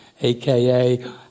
aka